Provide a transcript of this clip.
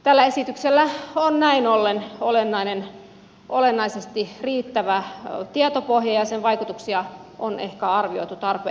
tällä esityksellä on näin ollen olennaisesti riittävä tietopohja ja sen vaikutuksia on ehkä arvioitu tarpeellisiksi